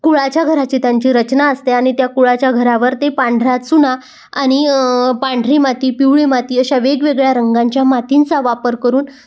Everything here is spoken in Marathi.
कुळाच्या घराची त्यांची रचना असते आणि त्या कुळाच्या घरावर ते पांढरा चुना आणि पांढरी माती पिवळी माती अशा वेगवेगळ्या रंगांच्या मातींचा वापर करून